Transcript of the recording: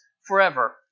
forever